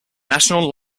national